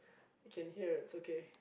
I can hear it's okay